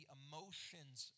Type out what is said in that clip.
emotions